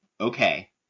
okay